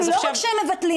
אם תהיה התפצלות,